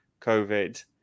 COVID